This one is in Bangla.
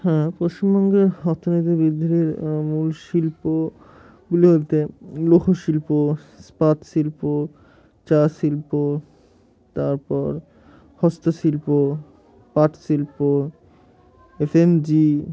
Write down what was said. হ্যাঁ পশ্চিমবঙ্গের অর্থনীতি বৃদ্ধির মূল শিল্পগুলি হতে লৌহশিল্প স্পাত শিল্প চা শিল্প তারপর হস্তশিল্প পাট শিল্প এফ এম জি